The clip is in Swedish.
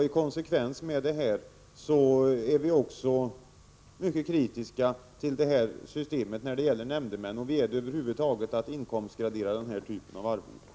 I konsekvens härmed är vi också mycket kritiska nu när det gäller nämndemännen. Vi är över huvud taget kritiska mot inkomstgradering av denna typ av arvoden.